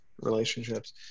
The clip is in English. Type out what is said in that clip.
relationships